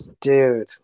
dude